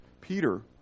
peter